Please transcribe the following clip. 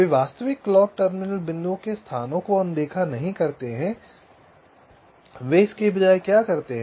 वे वास्तविक clock terminal बिंदुओं के स्थानों को अनदेखा नहीं करते हैं वे इसके बजाय क्या करते हैं